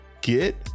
Get